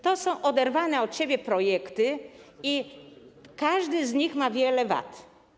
To są oderwane od siebie projekty i każdy z nich ma wiele wad.